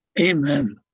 Amen